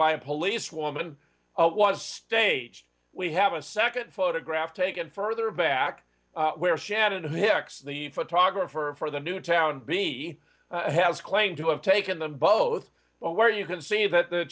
by a policewoman was staged we have a second photograph taken further back where shannon hicks the photographer for the newtown b has claimed to have taken them both where you can see that the